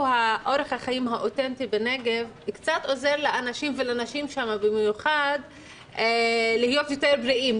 אורח החיים האותנטי בנגב קצת עוזר לאנשים ולנשים שם להיות יותר בריאים,